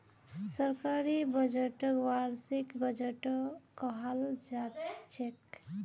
सरकारी बजटक वार्षिक बजटो कहाल जाछेक